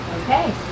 Okay